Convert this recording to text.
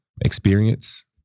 experience